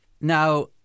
Now